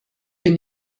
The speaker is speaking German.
bin